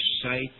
sight